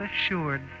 assured